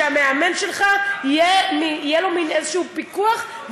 למאמן שלך יהיה איזשהו פיקוח,